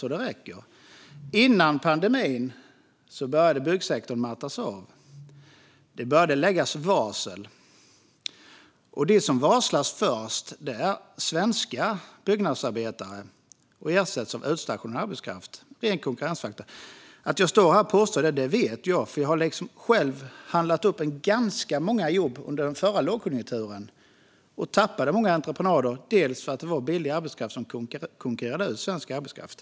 Men före pandemin började byggsektorn mattas av. Det började läggas varsel, och de som varslas först är svenska byggnadsarbetare. De ersätts med utstationerad arbetskraft - en ren konkurrensfaktor. Det här vet jag, för jag upphandlade ganska många jobb under den förra lågkonjunkturen. Jag tappade många entreprenader, delvis för att billig utstationerad arbetskraft konkurrerade ut svensk arbetskraft.